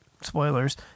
spoilers